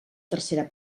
tercera